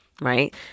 Right